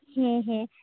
ᱦᱮᱸ ᱦᱮᱸ